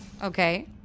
Okay